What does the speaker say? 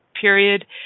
period